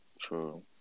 True